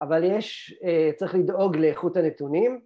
‫אבל יש.. צריך לדאוג לאיכות הנתונים.